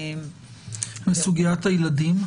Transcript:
וסוגיית הילדים?